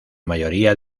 mayoría